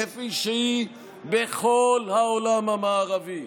כפי שהיא בכל העולם המערבי.